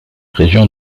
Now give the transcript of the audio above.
régions